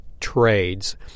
trades